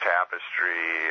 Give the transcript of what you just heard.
Tapestry